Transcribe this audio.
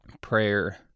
prayer